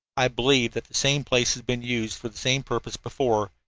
i believe that the same place has been used for the same purpose before,